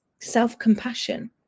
self-compassion